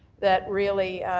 that really,